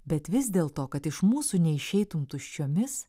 bet vis dėl to kad iš mūsų neišeitum tuščiomis